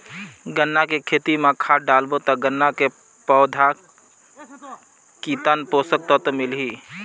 गन्ना के खेती मां खाद डालबो ता गन्ना के पौधा कितन पोषक तत्व मिलही?